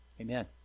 Amen